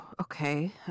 Okay